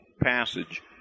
passage